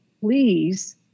Please